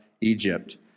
Egypt